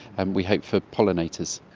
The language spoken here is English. and we hope for pollinators.